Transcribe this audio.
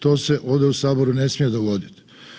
To se ovdje u saboru ne smije dogoditi.